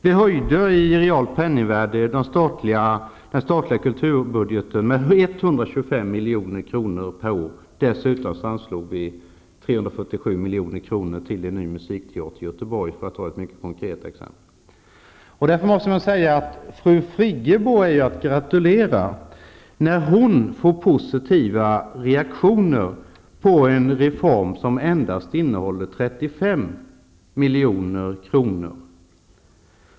Vi höjde i realt penningvärde den statliga kulturbudgeten med 125 milj.kr. per år. Dessutom anslog vi 347 milj.kr. till en ny musikteater i Göteborg, för att ge ett mycket konkret exempel. Man måste säga att fru Friggebo är att gratulera, när hon får positiva reaktioner på en reform som endast omfattar 35 milj.kr.